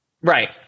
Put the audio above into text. Right